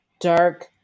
dark